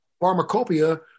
pharmacopoeia